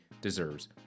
deserves